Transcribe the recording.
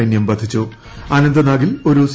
സൈനൃം വധിച്ചു അനന്തനാഗിൽ ഒരു സി